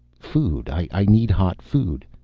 food. i need hot food.